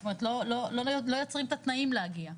זאת אומרת לא יוצרים את התנאים להגיע,